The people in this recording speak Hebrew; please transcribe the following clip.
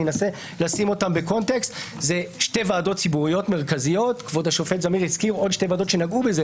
אני אנסה לשים אותם בקונטקסט: זה שתי ועדות ציבוריות מרכזיות שעסקו בכך